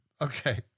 Okay